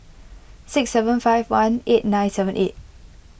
six seven five one eight nine seven eight